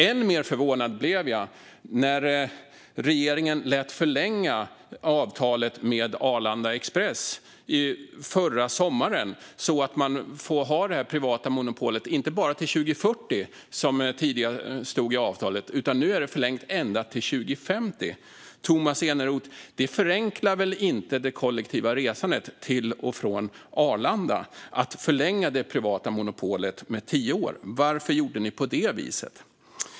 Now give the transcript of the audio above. Än mer förvånad blev jag när regeringen lät förlänga avtalet med Arlanda Express förra sommaren, så att man får ha det här privata monopolet inte bara till 2040, som det tidigare stod i avtalet, utan det är nu förlängt ända till 2050. Tomas Eneroth, det förenklar väl inte det kollektiva resandet till och från Arlanda att förlänga det privata monopolet med tio år. Varför gjorde ni på det viset?